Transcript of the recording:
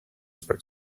spoke